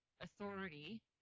Authority